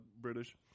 British